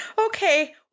Okay